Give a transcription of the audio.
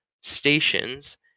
stations